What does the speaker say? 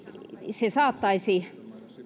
muutos saattaisi